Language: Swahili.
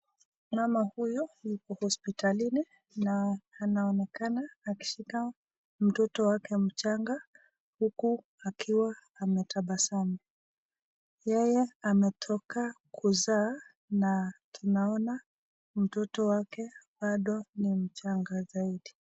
Mama huyu yuko hospitalini na anaonekana akishika mtoto wake mchanga huku akiwa ametabasamu. Yeye ametoka kuzaa na tunaona mtoto wake bado ni mchanga zaidi.